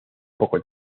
poco